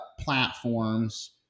platforms